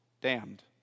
Damned